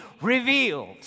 revealed